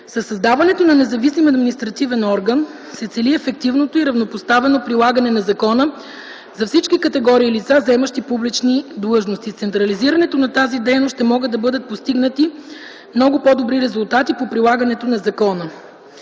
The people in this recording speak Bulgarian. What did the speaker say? Със създаването на независим административен орган се цели ефективното и равнопоставено прилагане на закона за всички категории лица, заемащи публични длъжности. С централизирането на тази дейност ще могат да бъдат постигнати много по-добри резултати по прилагането на закона.